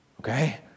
okay